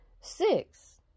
six